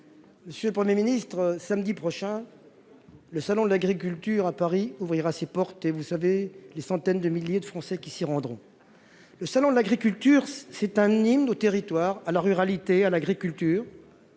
Monsieur le 1er ministre samedi prochain, le salon de l'agriculture à Paris ouvrira ses portes et vous savez, les centaines de milliers de Français qui s'y rendront le salon de l'agriculture, c'est un hymne au territoire à la ruralité à l'agriculture,